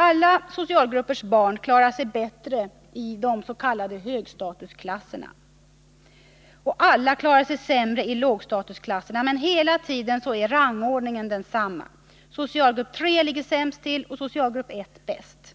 Alla socialgruppers barn klarar sig bättre i högstatusklasser, alla klarar sig sämre i lågstatusklasser, men hela tiden är rangordningen densamma: socialgrupp 3 ligger sämst till, socialgrupp I är bäst.